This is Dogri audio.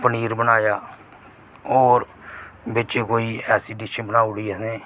पनीर बनाया होर बिच कोई ऐसी डिश बनाई ओङी असें